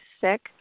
sick